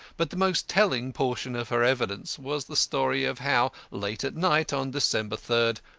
but the most telling portion of her evidence was the story of how, late at night, on december third,